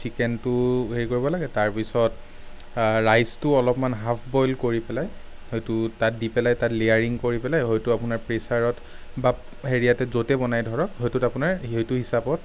চিকেনটো হেৰি কৰিব লাগে তাৰপিছত ৰাইচটো অলপমান হাফ বইল কৰি পেলাই সেইটো তাত দি পেলাই তাত লেয়াৰিং কৰি পেলাই হয়তো আপোনাৰ প্ৰেচাৰত বা হেৰিয়াত য'তে বনাই ধৰক সেইটোত আপোনাৰ সেইটো হিচাপত